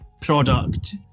product